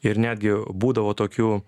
ir netgi būdavo tokių